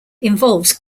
involves